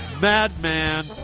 madman